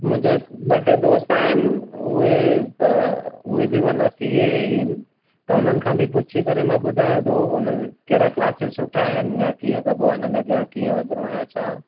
मुंहिंजा ॿ टे दोस्त आहिनि उहे उहे बि माना सी ए ई आहिनि त उन्हनि खां बि पुछी करे मां ॿुधायां थो उन कहिड़ा क्लासेस सुठा आहिनि या कीअं कबो आहे हिन में अॻियां कीअं वधिणो आहे या छा